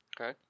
Okay